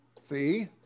See